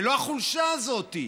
ולא החולשה הזאת.